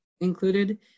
included